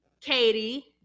Katie